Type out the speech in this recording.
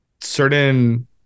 certain